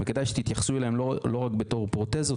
וכדאי שתתייחסו אליהם לא רק בתור פרוטזות,